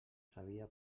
sabia